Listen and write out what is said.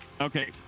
Okay